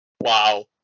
Wow